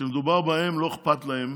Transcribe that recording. כשמדובר בהם, לא אכפת להם